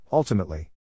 Ultimately